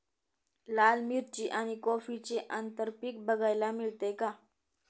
लाल मिरची आणि कॉफीचे आंतरपीक बघायला मिळते